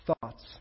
thoughts